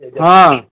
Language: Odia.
ହଁ